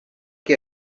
que